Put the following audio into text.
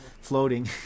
floating